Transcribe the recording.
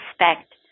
respect